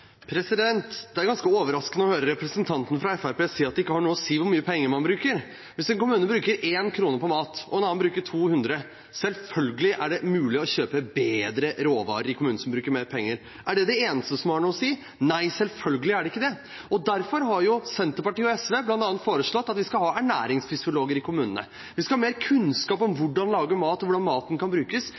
Det er ganske overraskende å høre representanten fra Fremskrittspartiet si at det ikke har noe å si hvor mye penger man bruker. Hvis en kommune bruker 1 kr på mat og en annen bruker 200 kr – selvfølgelig er det mulig å kjøpe bedre råvarer i kommunen som bruker mer penger. Er det det eneste som har noe å si? Nei, selvfølgelig er det ikke det, og derfor har jo Senterpartiet og SV bl.a. foreslått at vi skal ha ernæringsfysiologer i kommunene, at vi skal ha mer kunnskap i helsearbeiderutdanningene om hvordan lage mat, og hvordan maten kan brukes.